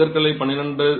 செங்கற்களை 12